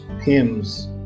hymns